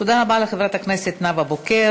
תודה רבה לחברת הכנסת נאוה בוקר.